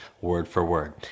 word-for-word